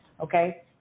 okay